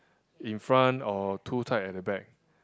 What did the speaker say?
in front or too tight at the back